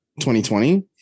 2020